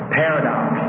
paradox